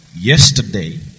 yesterday